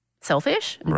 selfish